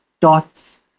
dots